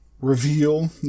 reveal